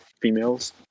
females